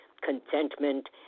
contentment